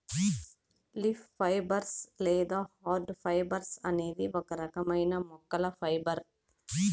leaf fibres లేదా hard fibres అనేది ఒక రకమైన మొక్కల ఫైబర్